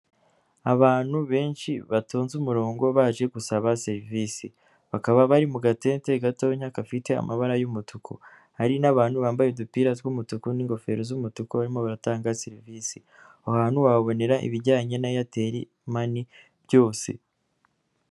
Abantu benshi batonze umurongo baje gusaba serivisi bakaba bari mu gatente gatonya gafite amabara y'umutuku hari n'abantu bambaye udupira tw'umutuku n'ingofero z'umutuku barimo baratanga serivisi aho hantu wahabonera ibijyanye na Eyateri mani byose.